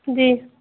جی